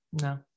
No